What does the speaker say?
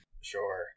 Sure